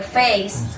face